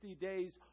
days